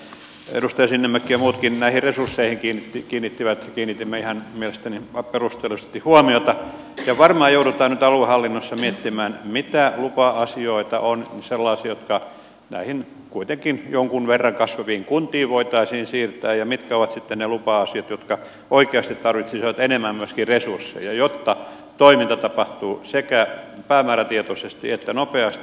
edustaja sinnemäki ja me muutkin näihin resursseihin kiinnitimme mielestäni ihan perustellusti huomiota ja varmaan joudutaan nyt aluehallinnossa miettimään mitkä lupa asioista ovat sellaisia jotka näihin kuitenkin jonkin verran kasvaviin kuntiin voitaisiin siirtää ja mitkä ovat sitten ne lupa asiat jotka oikeasti tarvitsisivat enemmän resursseja jotta toiminta tapahtuisi sekä päämäärätietoisesti että nopeasti